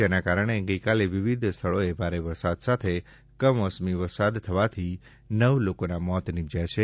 જેના કારણે ગઈકાલે વિવિધ સ્થળોએ ભારે પવન સાથે કમોસમી વરસાદ થવાથી નવ લોકોના મોત નિપજયા છે